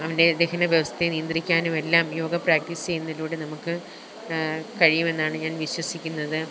അവന്റെ ദഹന വ്യവസ്ഥയെ നിയന്ത്രിക്കാനുമെല്ലാം യോഗ പ്രാക്റ്റീസ് ചെയ്യുന്നതിലൂടെ നമുക്ക് കഴിയും എന്നാണ് ഞാന് വിശ്വസിക്കുന്നത്